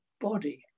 body